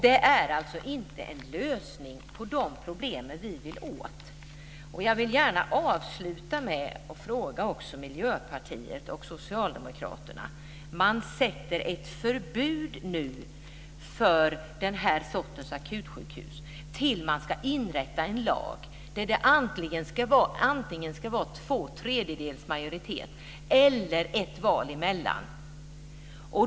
Det är alltså inte en lösning på de problem som vi vill åt. Jag vill gärna avsluta med att ställa en fråga till Miljöpartiet och Socialdemokraterna. Man inför nu ett förbud mot den här sortens akutsjukhus. Man ska inrätta en lag som innebär att det antingen ska vara två tredjedels majoritet eller ett val emellan.